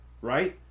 right